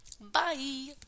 Bye